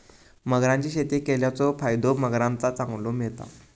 मगरांची शेती केल्याचो फायदो मगरांका चांगलो मिळता